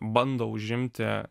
bando užimti